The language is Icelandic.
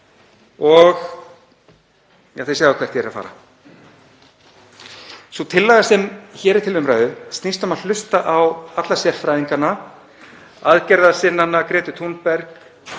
— þið sjáið hvert ég er að fara. Sú tillaga sem hér er til umræðu snýst um að hlusta á alla sérfræðingana, aðgerðasinnana Gretu Thunberg